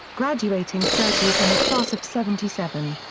graduating thirtieth in a class of seventy seven.